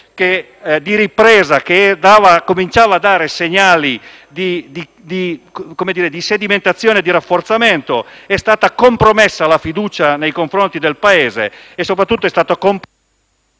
di ripresa che cominciava a dare segnali di sedimentazione e rafforzamento. È stata compromessa la fiducia nei confronti del Paese e soprattutto la possibilità